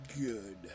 good